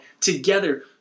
together